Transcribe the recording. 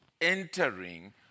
entering